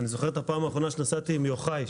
אני זוכר את הפעם האחרונה שנסעתי עם יוחאי,